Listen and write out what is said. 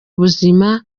ubuzima